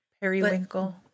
Periwinkle